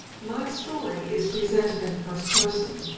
my story is presented in the first person,